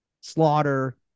Slaughter